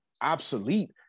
obsolete